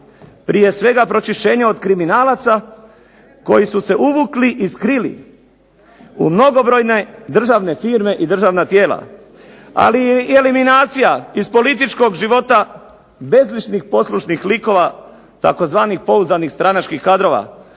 prije svega pročišćenje od kriminalaca koji su se uvukli i skrili u mnogobrojne državne firme i državna tijela. Ali je i eliminacija iz političkog života bezličnih poslušnih likova tzv. stranačkih kadrova